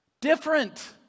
Different